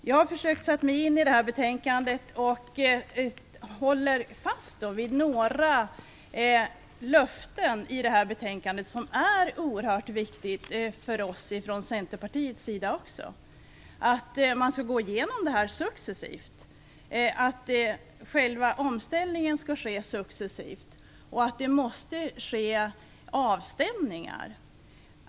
Jag har försökt att sätta mig in i detta betänkande, och jag håller fast vid att det finns några löften som är oerhört viktiga för oss från Centerpartiet. Det gäller t.ex. att man skall gå igenom det här successivt, att själva omställningen skall ske successivt och att det måste ske avstämningar.